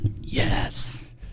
Yes